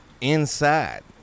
inside